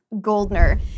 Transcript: Goldner